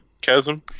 chasm